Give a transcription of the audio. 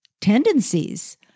tendencies